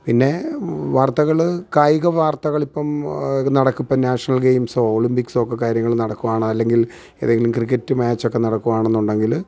പിന്നെ വാർത്തകള് കായിക വാർത്തകളിപ്പം നടക്കും ഇപ്പോൾ നാഷണൽ ഗെയിമ്സൊ ഒളിംപിക്സോ ഒക്കെ കാര്യങ്ങൾ നടക്കുവാണ് അല്ലെങ്കിൽ ഏതെങ്കിലും ക്രിക്കറ്റ് മാച്ചോക്കെ നടക്കുവാണെന്നുണ്ടെങ്കില്